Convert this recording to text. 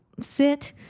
sit